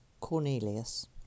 Cornelius